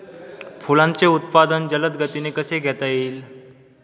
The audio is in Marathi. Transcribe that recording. फुलांचे उत्पादन जलद गतीने कसे घेता येईल?